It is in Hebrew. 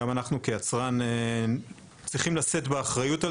גם אנחנו כיצרן צריכים לשאת באחריות על